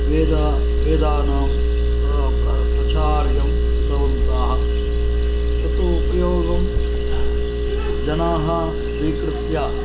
वेदानां प्रचारं कृतवन्तः तत् उपयोगं जनाः स्वीकृत्य